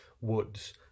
woods